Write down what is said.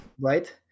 Right